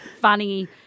Funny